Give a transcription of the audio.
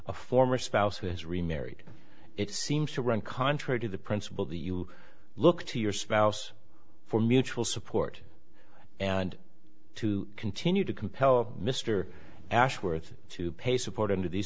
a former spouse who has remarried it seems to run contrary to the principle that you look to your spouse for mutual support and to continue to compel mr ashworth to pay support under these